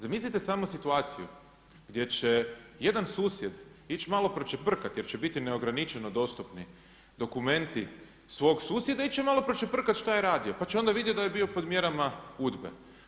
Zamislite samo situaciju, gdje će jedan susjed ići malo pročeprkat jer će biti neograničeno dostupni dokumenti, svog susjeda ići će malo pročeprkat što je radio, pa će onda vidjet da je bio pod mjerama UDBE.